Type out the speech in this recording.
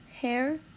hair